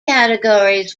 categories